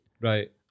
Right